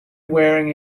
wearing